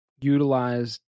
Utilized